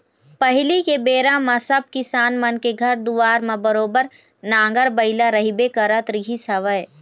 पहिली के बेरा म सब किसान मन के घर दुवार म बरोबर नांगर बइला रहिबे करत रहिस हवय